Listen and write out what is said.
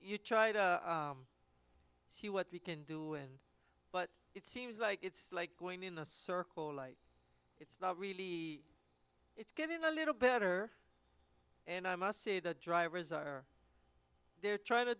you try to see what we can do and but it seems like it's like going in a circle like it's not really it's getting a little better and i must say the drivers are there trying to